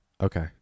Okay